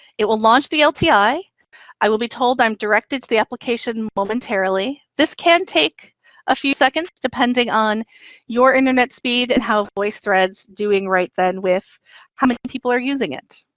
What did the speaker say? it will launch the lti. i i will be told i'm directed to the application momentarily. this can take a few seconds depending on your internet speed and how voicethread is doing right then with how many people are using it.